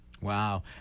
Wow